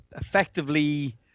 effectively